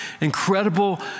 incredible